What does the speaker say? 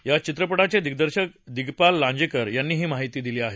या चित्रपटाचे दिग्दर्शक दिग्पाल लांजेकर यांनी ही माहिती दिली आहे